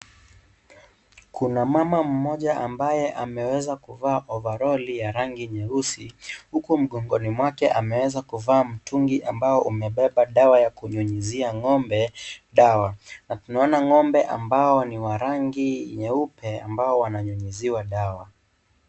Kuna mama mmoja ambaye ameweza kuvaa overall ya rangi nyeusi, huku mgongoni mwake ameweza kuvaa mtungi ambao umebeba dawa ya kunyunyizia ng'ombe dawa. Na tunaona ng'ombe ambao ni wa rangi nyeupe, ambao wananyunyiziwa dawa.